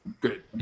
good